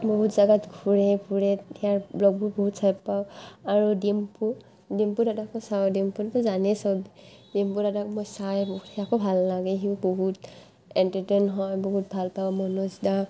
বহুত জাগাত ঘূৰে ফুৰে ইয়াৰ ব্লগবোৰ বহুত চাই পাওঁ আৰু ডিম্পু ডিম্পু দাদাকো চাওঁ ডিম্পুটোতো জানেই চব ডিম্পু দাদাক মই চাওঁ সেয়াকো ভাল লাগে সিও বহুত এণ্টাৰটেইন হয় বহুত ভাল পাওঁ মনোজ দাক